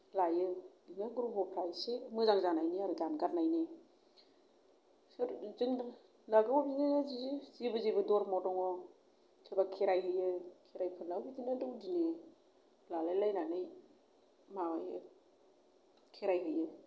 लायो बिदिनो ग्रह'फोरा इसे मोजां जानायनि आरो दानगारनायनि सोर जोंनाबो बिदिनो जि जेबो जेबो धर्म दङ सोरबा खेराय होयो खेरायफोरनाबो बिदिनो दौदिनि लालायलायनानै माबायो खेराय होयो